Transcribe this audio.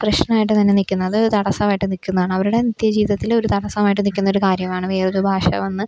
പ്രശ്നമായിട്ട് തന്നെ നിൽക്കുന്നു അതൊരു തടസ്സമായിട്ട് നിൽക്കുന്നതാണ് അവരുടെ നിത്യജീവിതത്തിലെ ഒരു തടസ്സമായിട്ട് നിൽക്കുന്നൊരു കാര്യമാണ് വേറൊരു ഭാഷ വന്ന്